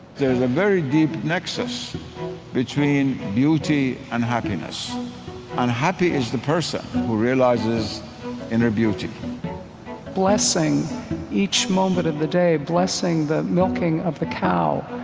there is a very deep nexus between beauty and and happiness. and happy is the person who realizes inner beauty blessing each moment of the day. blessing the milking of the cow.